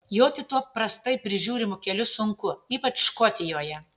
joti tuo prastai prižiūrimu keliu sunku ypač škotijoje